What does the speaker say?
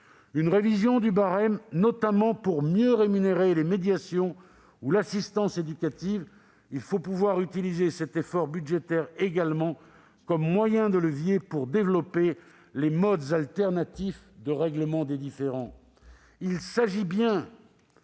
une révision du barème, notamment pour mieux rémunérer les médiations ou l'assistance éducative. Il faut également pouvoir utiliser cet effort budgétaire comme moyen de levier pour développer les modes alternatifs de règlement des différends.